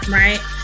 right